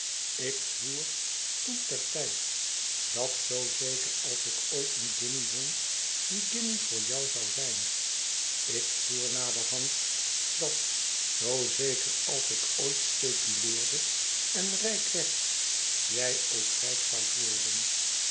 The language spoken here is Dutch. toen ter tijd dat zoo zeker als ik ooit een guinje won die guinje voor jou zou zijn ik zwoer naderhand dat zoo zeker als ik ooit speculeerde en rijk werd jij ook rijk zoudt worden